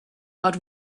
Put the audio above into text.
had